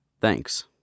Thanks